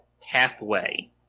pathway